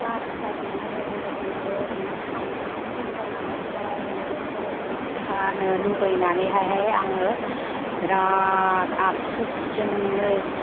class five मोननाय लोगो लोगो नोगोर मोसानो आपसुस जानानै फरायनायजों लोगोसे मोसानो लुबैनानै हाय हाय आङो बिराथ आपसुसजोंनो